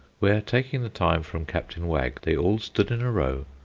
where, taking the time from captain wag, they all stood in a row,